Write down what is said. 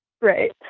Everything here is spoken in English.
Right